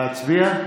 להצביע?